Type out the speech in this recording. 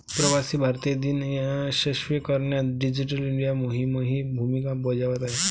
प्रवासी भारतीय दिन यशस्वी करण्यात डिजिटल इंडिया मोहीमही भूमिका बजावत आहे